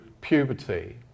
puberty